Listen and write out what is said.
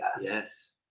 Yes